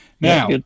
Now